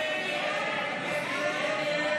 ההסתייגויות לסעיף 09